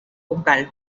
bucal